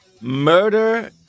murder